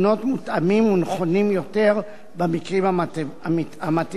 מותאמים ונכונים יותר במקרים המתאימים.